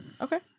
Okay